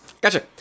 Gotcha